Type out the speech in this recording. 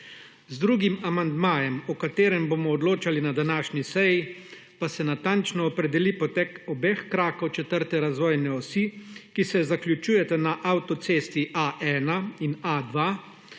Z drugim amandmajem, o katerem bomo odločali na današnji seji, pa se natančno opredeli potek obeh krakov četrte razvojne osi, ki se zaključujeta na avtocesti A1 in A2.